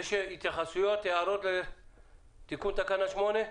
יש התייחסויות, הערות לתיקון תקנה 8?